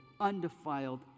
undefiled